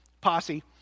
posse